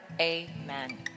Amen